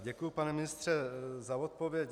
Děkuji, pane ministře, za odpověď.